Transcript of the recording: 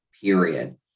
period